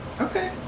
Okay